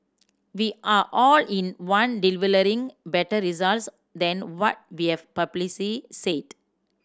we are all in one delivering better results than what we have publicly said